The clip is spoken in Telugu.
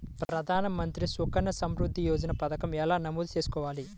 ప్రధాన మంత్రి సుకన్య సంవృద్ధి యోజన పథకం ఎలా నమోదు చేసుకోవాలీ?